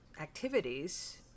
activities